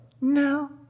No